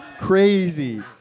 Crazy